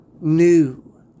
new